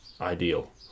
ideal